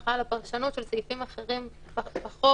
השלכה על הפרשנות של סעיפים אחרים בחוק,